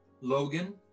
Logan